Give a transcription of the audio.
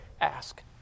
Ask